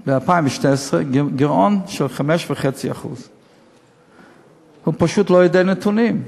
ב-2012 בגירעון של 5.5%. הוא פשוט לא יודע נתונים.